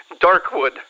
Darkwood